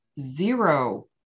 zero